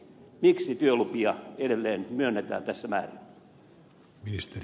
miksi työlupia edelleen myönnetään tässä määrin